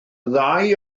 ddau